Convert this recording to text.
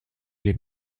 les